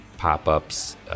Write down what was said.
pop-ups